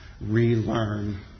relearn